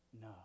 No